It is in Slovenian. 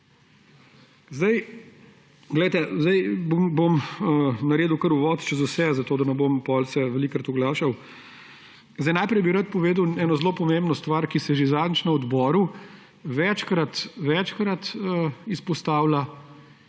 Zdaj bom naredil kar uvod čez vse, zato da se ne bom potem velikokrat oglašal. Najprej bi rad povedal eno zelo pomembno stvar, ki se je že zadnjič na odboru večkrat izpostavila